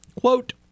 quote